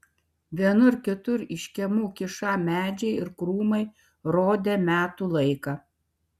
vienur kitur iš kiemų kyšą medžiai ir krūmai rodė metų laiką